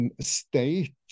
state